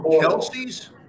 Kelsey's